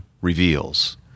reveals